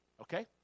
Okay